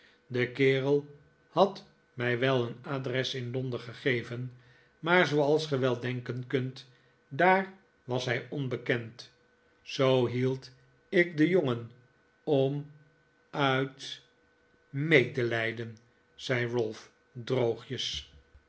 die kerel had mij wel een adres in londen gegeven maar zooals ge wel denken kunt daar was hij onbekend zoo rr t tt rpp ralph zint op wraak hield ik den jongen om uit medelijden zei ralph droogjes